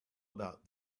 about